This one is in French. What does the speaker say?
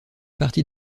parties